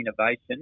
innovation